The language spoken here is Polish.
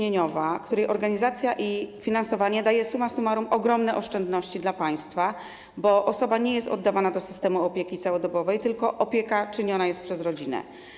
Jej organizacja i finansowanie daje summa summarum ogromne oszczędności dla państwa, bo osoba nie jest oddawana do systemu opieki całodobowej, tylko opieka sprawowana jest przez rodzinę.